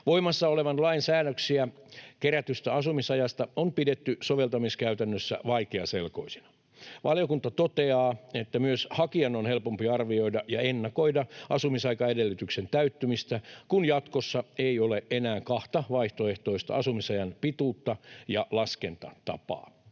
Voimassa olevan lain säännöksiä kerätystä asumisajasta on pidetty soveltamiskäytännössä vaikeaselkoisina. Valiokunta toteaa, että myös hakijan on helpompi arvioida ja ennakoida asumisaikaedellytyksen täyttymistä, kun jatkossa ei ole enää kahta vaihtoehtoista asumisajan pituutta ja laskentatapaa.